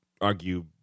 argue